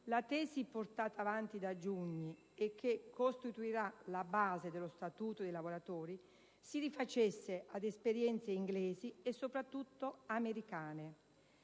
la tesi portata avanti da Giugni, e che costituirà la base dello Statuto dei lavoratori, si rifacesse ad esperienze inglesi e soprattutto americane.